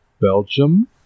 Belgium